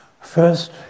First